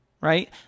right